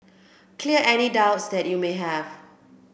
clear any doubts that you may have